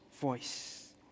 voice